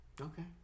okay